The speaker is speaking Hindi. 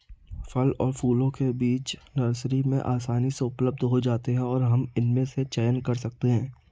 फल और फूलों के बीज नर्सरी में आसानी से उपलब्ध हो जाते हैं और हम इनमें से चयन कर सकते हैं